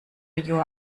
your